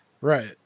Right